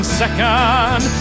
second